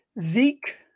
Zeke